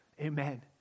Amen